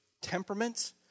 temperaments